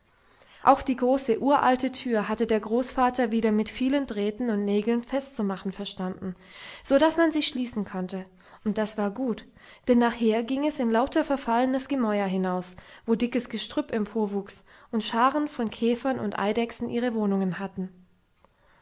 auch die große uralte tür hatte der großvater wieder mit vielen drähten und nägeln festzumachen verstanden so daß man sie schließen konnte und das war gut denn nachher ging es in lauter verfallenes gemäuer hinaus wo dickes gestrüpp emporwuchs und scharen von käfern und eidechsen ihre wohnungen hatten